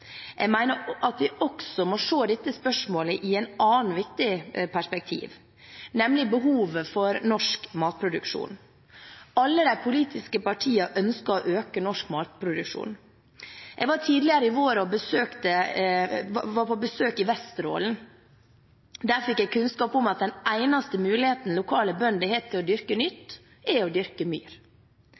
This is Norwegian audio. jeg mener at vi også må se dette spørsmålet i et annet viktig perspektiv – nemlig behovet for norsk matproduksjon. Alle de politiske partiene ønsker å øke norsk matproduksjon. Jeg var tidligere i vår på besøk i Vesterålen. Der fikk jeg kunnskap om at den eneste muligheten lokale bønder har til å dyrke nytt, er å dyrke myr.